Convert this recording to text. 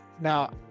now